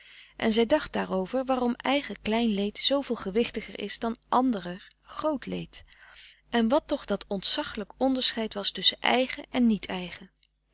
en zij dacht daarover waarom eigen klein leed zooveel gewichtiger is dan anderer groot leed en wat toch dat ontzachlijk onderscheid was tusschen eigen en niet eigen